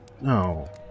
no